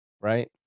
right